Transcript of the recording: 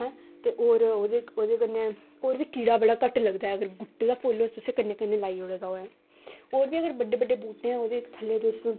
हैं ते होर ओह् ओह्दे कन्नै होर बी कीड़ा बड़ा घट्ट लगदा ऐ अगर गुट्टे दा फुल्ल हो तुसें कन्नै कन्नै लाई ओड़े होऐ होर बी अगर बड्डे बड्डे बूह्टे ओह्दे थल्लै तुस